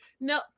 No